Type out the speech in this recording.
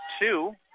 two